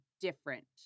different